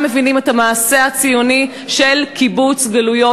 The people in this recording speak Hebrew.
מבינים את המעשה הציוני של קיבוץ גלויות.